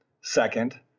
Second